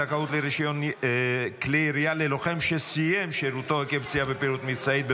זכאות לרישיון כלי ירייה ללוחם שסיים שירותו עקב פציעה בפעילות מבצעית),